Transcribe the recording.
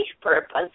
purpose